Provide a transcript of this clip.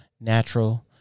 Natural